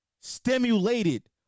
Stimulated